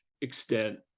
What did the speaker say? extent